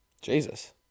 Jesus